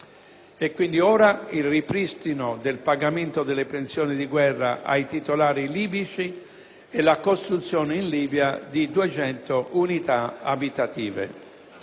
coloniale), il ripristino del pagamento delle pensioni di guerra ai titolari libici e la costruzione in Libia di 200 unità abitative.